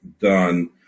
done